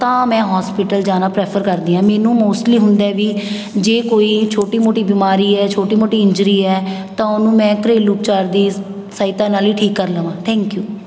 ਤਾਂ ਮੈਂ ਹੋਸਪਿਟਲ ਜਾਣਾ ਪ੍ਰੈਫਰ ਕਰਦੀ ਹਾਂ ਮੈਨੂੰ ਮੋਸਟਲੀ ਹੁੰਦਾ ਹੈ ਵੀ ਜੇ ਕੋਈ ਛੋਟੀ ਮੋਟੀ ਬਿਮਾਰੀ ਹੈ ਛੋਟੀ ਮੋਟੀ ਇੰਜ਼ਰੀ ਹੈ ਤਾਂ ਉਹਨੂੰ ਮੈਂ ਘਰੇਲੂ ਉਪਚਾਰ ਦੀ ਸਹਾਇਤਾ ਨਾਲ ਹੀ ਠੀਕ ਕਰ ਲਵਾਂ ਥੈਂਕ ਯੂ